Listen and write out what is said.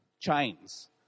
chains